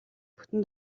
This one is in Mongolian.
бүтэн